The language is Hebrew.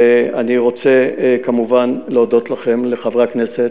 ואני רוצה כמובן להודות לכם, חברי הכנסת.